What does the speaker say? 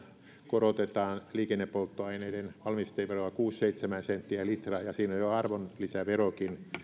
korotetaan liikennepolttoaineiden valmisteveroa kuusi viiva seitsemän senttiä per litra ja siinä on jo arvonlisäverokin